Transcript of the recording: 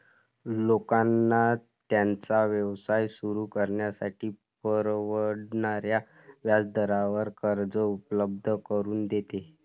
लोकांना त्यांचा व्यवसाय सुरू करण्यासाठी परवडणाऱ्या व्याजदरावर कर्ज उपलब्ध करून देते